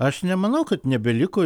aš nemanau kad nebeliko